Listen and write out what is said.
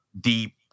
deep